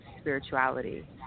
spirituality